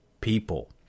people